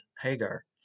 Hagar